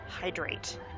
Hydrate